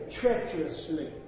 treacherously